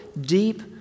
deep